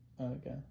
Okay